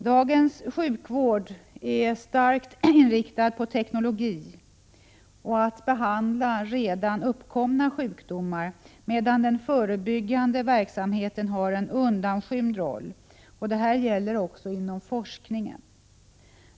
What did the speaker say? Dagens sjukvård är starkt inriktad på teknologi och på att behandla redan uppkomna sjukdomar, medan den förebyggande verksamheten har en undanskymd roll. Detta gäller även inom forskningen.